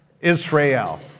Israel